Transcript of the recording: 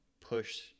push